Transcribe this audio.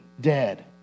dead